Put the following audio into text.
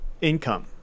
income